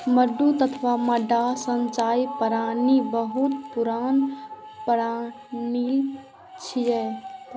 मड्डू अथवा मड्डा सिंचाइ प्रणाली बहुत पुरान प्रणाली छियै